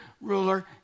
ruler